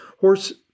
horse